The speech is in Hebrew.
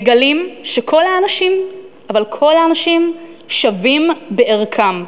מגלים שכל האנשים, אבל כל האנשים, שווים בערכם,